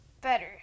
better